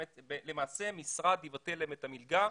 למעשה, המשרד יבטל להם את המלגה.